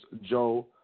Joe